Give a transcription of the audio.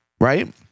right